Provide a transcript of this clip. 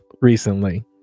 recently